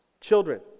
Children